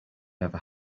never